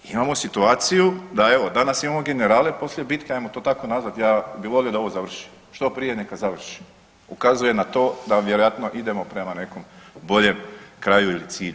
Imamo situaciju da evo danas imamo generale poslije bitke, ajmo to tako nazvat, ja bi volio da ovo završi, što prije neka završi, ukazuje na to da vjerojatno idemo prema nekom boljem kraju ili cilju.